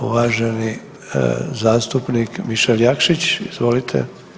Uvaženi zastupnik Mišel Jakšić, izvolite.